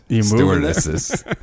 stewardesses